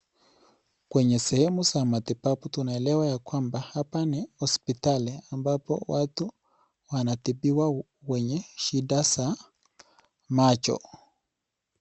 Kwenye sehemu ya matibabu tunaelewa kwamba, hapa ni hospitali ambapo watu wanatibiwa wenye shida za macho.